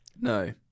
No